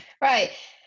right